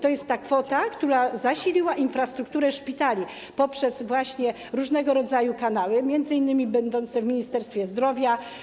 To jest ta kwota, która zasiliła infrastrukturę szpitali poprzez właśnie różnego rodzaju kanały, m.in. w Ministerstwie Zdrowia.